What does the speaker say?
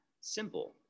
simple